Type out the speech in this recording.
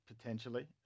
potentially